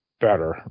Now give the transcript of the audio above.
better